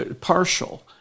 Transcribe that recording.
partial